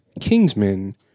Kingsman